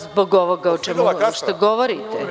Zbog ovoga o čemu govorite.